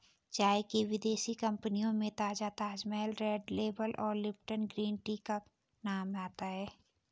चाय की विदेशी कंपनियों में ताजा ताजमहल रेड लेबल और लिपटन ग्रीन टी का नाम आता है